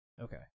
Okay